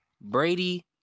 Brady